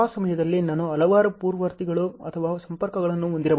ಆ ಸಮಯದಲ್ಲಿ ನಾನು ಹಲವಾರು ಪೂರ್ವವರ್ತಿಗಳು ಅಥವಾ ಸಂಪರ್ಕಗಳನ್ನು ಹೊಂದಿರಬಹುದು